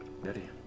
ready